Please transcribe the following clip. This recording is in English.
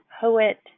poet